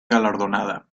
galardonada